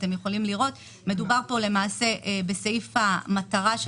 המטרה של